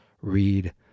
read